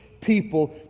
people